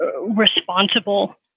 responsible